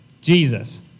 Jesus